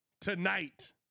tonight